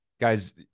Guys